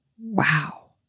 Wow